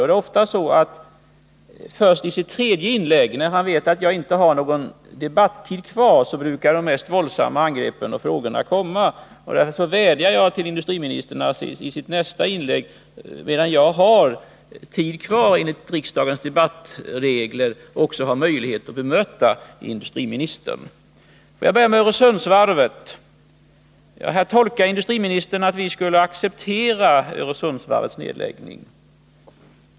Oftast är det så att han först i sitt tredje inlägg, när han vet att jag inte har någon debattid kvar, kommer med de mest våldsamma angreppen och frågorna. Därför vädjar jag till industriministern att han i så fall genom att ta upp sådant redan i nästa inlägg, medan jag har tid kvar enligt riksdagens debattregler, ger mig möjlighet att bemöta honom. Får jag börja med Öresundsvarvet. Industriministerns tolkning här är att vi skulle acceptera en nedläggning av Öresundsvarvet.